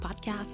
Podcast